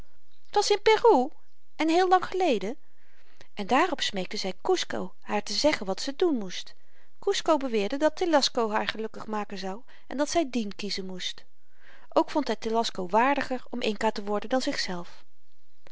en heel lang geleden en daarop smeekte zy kusco haar te zeggen wat ze doen moest kusco beweerde dat telasco haar gelukkig maken zou en dat zy dien kiezen moest ook vond hy telasco waardiger om inca te worden dan zichzelf